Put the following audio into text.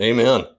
Amen